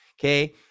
okay